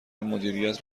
مدیریت